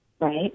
right